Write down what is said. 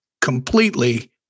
completely